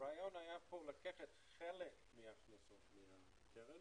הרעיון היה לקחת חלק מההכנסות מהקרן